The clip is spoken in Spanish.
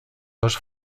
dos